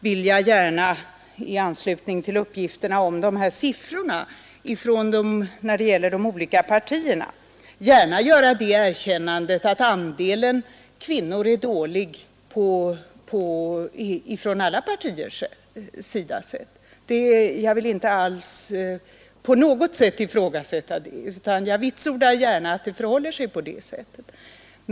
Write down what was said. Till sist, herr talman, vill jag i anslutning till uppgifterna om siffrorna när det gäller de olika partierna gärna göra det erkännandet att andelen kvinnor är liten från alla partiers sida. Jag vill inte alls på något sätt ifrågasätta det, utan jag vitsordar gärna att det förhåller sig på det sättet.